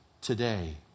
today